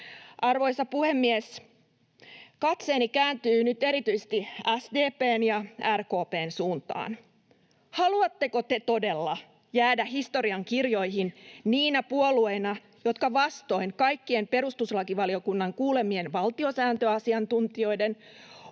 Arvoisa puhemies! Katseeni kääntyy nyt erityisesti SDP:n ja RKP:n suuntaan. Haluatteko te todella jäädä historiankirjoihin niinä puolueina, jotka vastoin kaikkien perustuslakivaliokunnan kuulemien valtiosääntöasiantuntijoiden,